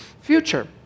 future